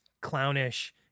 clownish